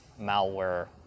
malware